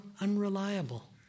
unreliable